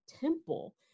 temple